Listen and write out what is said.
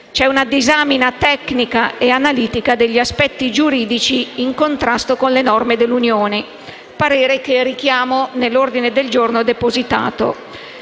c'è una disamina tecnica e analitica degli aspetti giuridici in contrasto con le norme dell'Unione, parere che richiamo nell'ordine del giorno depositato.